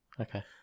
Okay